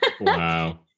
wow